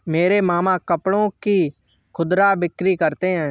मेरे मामा कपड़ों की खुदरा बिक्री करते हैं